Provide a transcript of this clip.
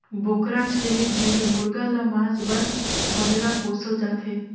बोकरा, छेरी, भेंड़ी मुरगा ल मांस बर बगरा पोसल जाथे